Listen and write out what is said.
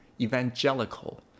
Evangelical